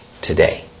today